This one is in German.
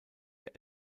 der